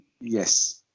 Yes